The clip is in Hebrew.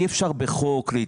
אי אפשר להתייחס,